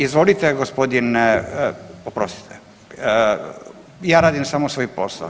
Izvolite gospodin, oprostite, ja radim samo svoj posao.